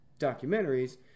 documentaries